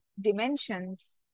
dimensions